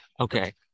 Okay